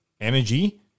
energy